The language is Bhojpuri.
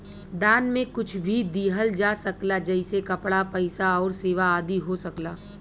दान में कुछ भी दिहल जा सकला जइसे कपड़ा, पइसा आउर सेवा आदि हो सकला